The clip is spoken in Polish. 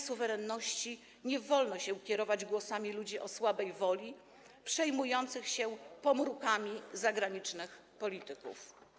suwerenności nie wolno kierować się głosami ludzi o słabej woli, przejmujących się pomrukami zagranicznych polityków.